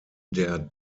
der